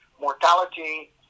mortality